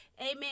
Amen